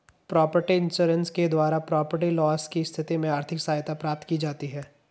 property insurance के द्वारा property loss की स्थिति में आर्थिक सहायता प्राप्त की जाती है